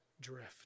drift